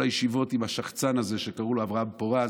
כל הישיבות עם השחצן הזה שקראו לו אברהם פורז,